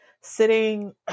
sitting